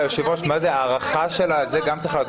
להאריך את